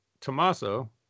Tommaso